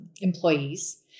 employees